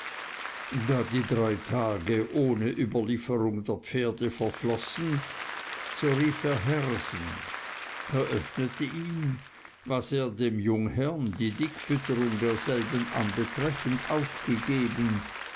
da die drei tage ohne überlieferung der pferde verflossen so rief er hersen eröffnete ihm was er dem jungherrn die dickfütterung derselben anbetreffend aufgegeben